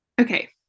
Okay